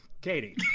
katie